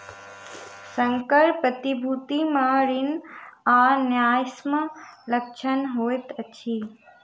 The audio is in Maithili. संकर प्रतिभूति मे ऋण आ न्यायसम्य लक्षण होइत अछि